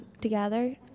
together